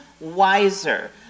wiser